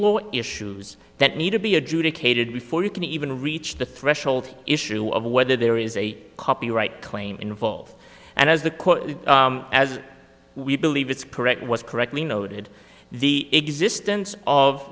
law issues that need to be adjudicated before you can even reach the threshold issue of whether there is a copyright claim involved and as the court as we believe it's correct was correctly noted the existence of